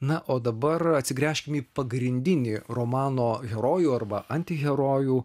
na o dabar atsigręžkime į pagrindinį romano herojų arba antiherojų